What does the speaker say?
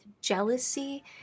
jealousy